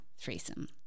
threesome